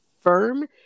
firm